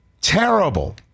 Terrible